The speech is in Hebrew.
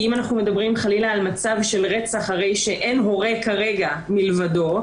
אם אנחנו מדברים חלילה על מצב של רצח הרי שאין הורה כרגע מלבדו,